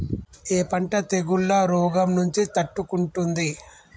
ఏ పంట తెగుళ్ల రోగం నుంచి తట్టుకుంటుంది?